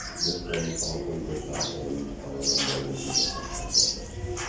this one probably would not end on a runway with the aircraft undamaged.